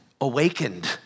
awakened